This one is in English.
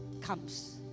comes